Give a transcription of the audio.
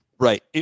Right